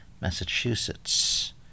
Massachusetts